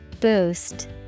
Boost